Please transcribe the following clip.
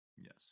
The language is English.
Yes